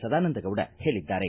ಸದಾನಂದಗೌಡ ಹೇಳಿದ್ದಾರೆ